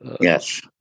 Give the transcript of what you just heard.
yes